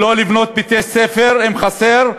לא לבנות בתי-ספר אם חסר,